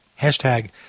Hashtag